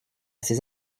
ces